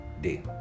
day